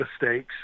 mistakes